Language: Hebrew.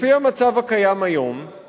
לפי המצב הקיים היום, לא קראת